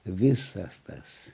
visas tas